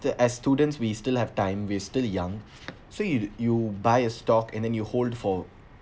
the as students we still have time we still young so you you buy a stock and then you hold for